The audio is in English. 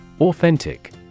Authentic